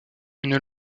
une